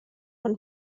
when